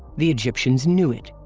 the egyptians knew it.